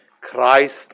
Christ